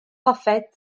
hoffet